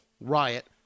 Riot